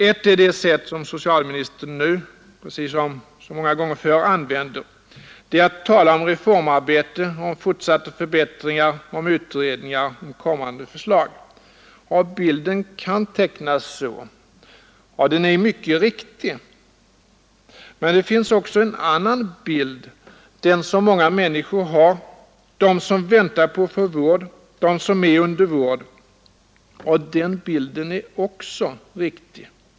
Ett är det sätt som socialministern nu — precis som så många gånger förr — använder. Det är att tala om reformarbete, om fortsatta förbättringar, om utredningar, om kommande förslag. Och bilden kan tecknas så. Den är i mycket riktig. Men det finns också en annan bild, den som många människor har: de som väntar på att få vård, de som är under vård. Och den bilden är också riktig.